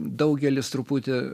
daugelis truputį